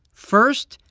first,